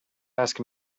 ask